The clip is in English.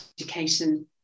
education